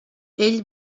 ell